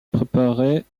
préparait